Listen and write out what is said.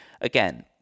again